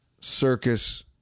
circus